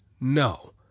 no